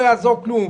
ינון,